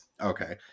okay